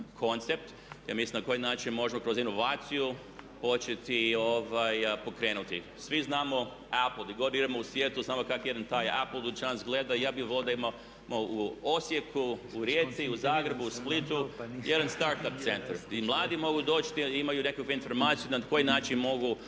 ja mislim na koji način možemo kroz evaluaciju početi pokrenuti. Svi znamo da ako di god idemo u svijetu znamo kako taj jedan apple dućan izgleda i ja bih volio da imamo u Osijeku, u Rijeci, u Zagrebu, u Splitu jedan start ap centar i mladi mogu doći gdje imaju nekakvu informaciju na koji način mogu